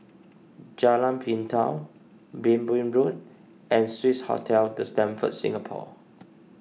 Jalan Pintau Minbu Road and Swissotel the Stamford Singapore